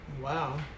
Wow